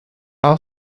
all